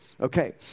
Okay